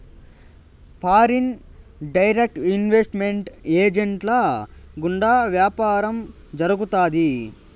foreign direct investment ఏజెంట్ల గుండా వ్యాపారం జరుగుతాది